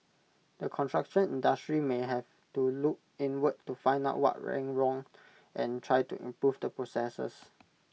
the construction industry may have to look inward to find out what went wrong and try to improve the processes